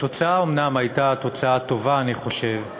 התוצאה אומנם הייתה תוצאה טובה, אני חושב,